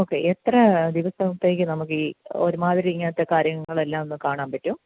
okay എത്ര ദിവസത്തേക്ക് നമുക്ക് ഈ ഒരുമാതിരി ഇങ്ങനത്തെ കാര്യങ്ങളെല്ലാം ഒന്നു കാണാൻ പറ്റും